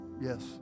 Yes